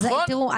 תראו,